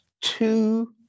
two